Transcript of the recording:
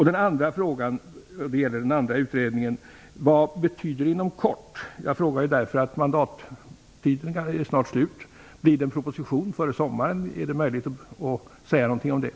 Min andra fråga gäller den andra utredningen: Vad betyder ''inom kort''? Det frågar jag eftersom mandatperioden snart är slut. Blir det en proposition före sommaren? Är det möjligt att säga någonting om detta?